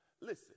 Listen